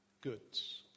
goods